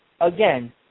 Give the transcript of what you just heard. Again